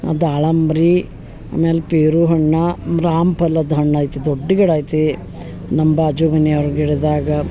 ದಾಳಂಬ್ರೆ ಆಮೇಲೆ ಪೇರು ಹಣ್ಣು ರಾಮಫಲದ ಹಣ್ಣು ಐತಿ ದೊಡ್ಡ ಗಿಡ ಐತಿ ನಮ್ಮ ಬಾಜು ಮನೆ ಅವ್ರ ಗಿಡದಾಗ